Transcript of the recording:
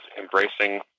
embracing